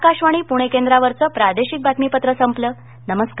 आकाशवाणी पुणे केंद्रावरचं प्रदेशिक बातमीपत्र संपलं नमस्कार